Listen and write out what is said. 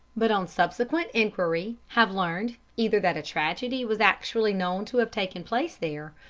but on subsequent enquiry have learned, either that a tragedy was actually known to have taken place there,